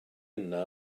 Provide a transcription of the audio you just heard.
yna